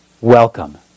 Welcome